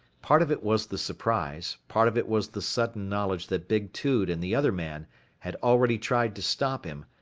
part of it was the surprise, part of it was the sudden knowledge that big tude and the other man had already tried to stop him,